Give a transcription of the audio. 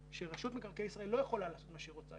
שרשות מקרקעי ישראל לא יכולה לעשות מה שהיא רוצה,